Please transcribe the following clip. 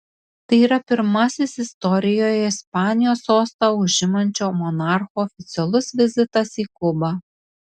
tai yra pirmasis istorijoje ispanijos sostą užimančio monarcho oficialus vizitas į kubą